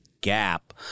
gap